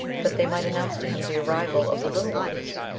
that they might announce to him the arrival of the little ones.